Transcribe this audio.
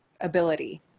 ability